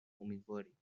امیدواریم